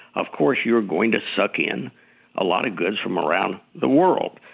of course you're going to suck in a lot of goods from around the world.